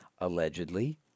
allegedly